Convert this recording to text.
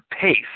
pace